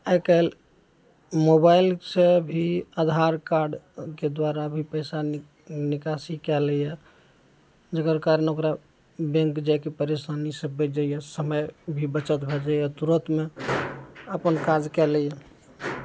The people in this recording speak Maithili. आइ काल्हि मोबाइलसँ भी आधार कार्डके द्वारा भी पैसा नि निकासी कयलइए जकर कारण ओकरा बैंक जाइके परेशानीसँ बचि जाइए समय भी बचत भए जाइए तुरतमे अपन काज कए लइए